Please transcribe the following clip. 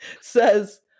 says